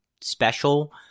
special